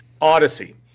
Odyssey